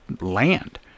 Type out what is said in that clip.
land